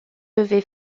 levée